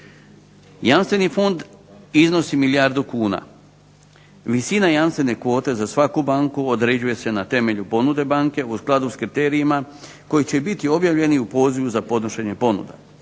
Jamstveni fond iznosi milijardu kuna. Visina jamstvene kvote za svaku banku određuje se na temelju ponude banke u skladu sa kriterijima koji će biti objavljeni u pozivu za podnošenje ponuda,